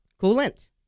Coolant